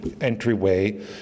entryway